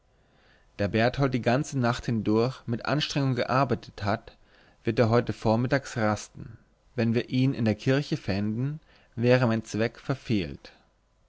da berthold die ganze nacht hindurch mit anstrengung gearbeitet hat wird er heute vormittags rasten wenn wir ihn in der kirche fänden wäre mein zweck verfehlt